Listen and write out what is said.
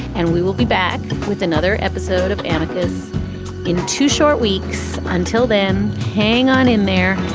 and we will be back with another episode of anarchist's in two short weeks. until then, hang on in there